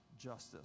justice